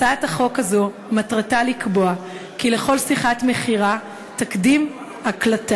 הצעת החוק הזאת מטרתה לקבוע כי לכל שיחת מכירה תקדם הקלטה,